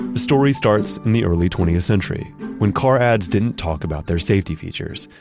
story starts in the early twentieth century when car ads didn't talk about their safety features.